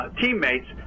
teammates